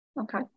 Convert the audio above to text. okay